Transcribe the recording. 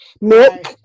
milk